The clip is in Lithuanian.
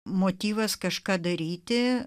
motyvas kažką daryti